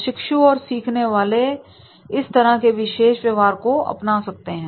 प्रशिक्षु और सीखने वाले इस तरह के विशेष व्यवहार को अपना सकते हैं